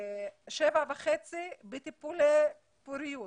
7.5% בטיפולי פוריות.